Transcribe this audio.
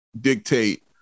dictate